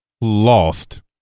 lost